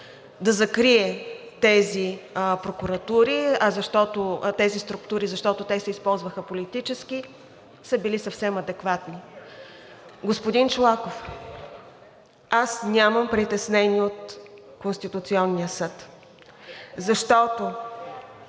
да закрие тези структури, защото те се използваха политически, са били съвсем адекватни. Господин Чолаков, аз нямам притеснение от Конституционния съд.